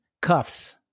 cuffs